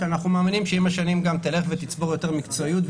שאנחנו מאמינים שעם השנים גם תלך ותצבור יותר מקצועיות,